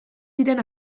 diren